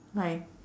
like